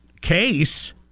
case